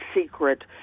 secret